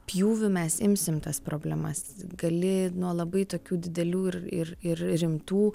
pjūviu mes imsim tas problemas gali nuo labai tokių didelių ir ir ir rimtų